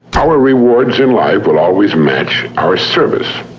our rewards in life will always match our service.